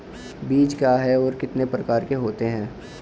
बीज क्या है और कितने प्रकार के होते हैं?